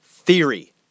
theory